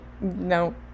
No